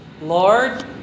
Lord